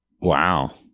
Wow